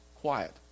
quiet